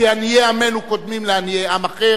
כי עניי עמנו קודמים לעניי עם אחר,